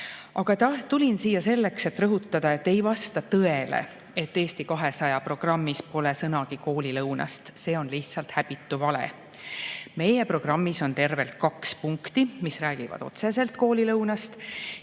tulin siia selleks, et rõhutada, et ei vasta tõele, et Eesti 200 programmis pole sõnagi koolilõunast. See on lihtsalt häbitu vale. Meie programmis on tervelt kaks punkti, mis räägivad otseselt koolilõunast.